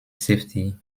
safety